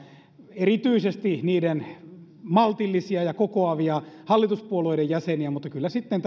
erityisesti niiden maltillisia ja kokoavia hallituspuolueiden jäseniä mutta kyllä sitten